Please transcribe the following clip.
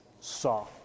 Saw